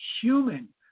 human